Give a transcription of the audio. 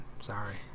Sorry